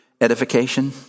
edification